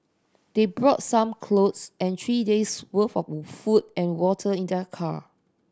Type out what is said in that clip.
they brought some clothes and three days' worth of food and water in their car